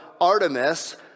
Artemis